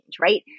right